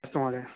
अस्तु महोदय